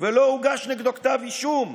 ולא הוגש נגדו כתב אישום,